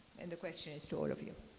and the question is to all of you.